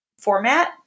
format